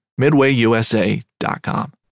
MidwayUSA.com